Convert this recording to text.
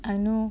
I know